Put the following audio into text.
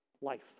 life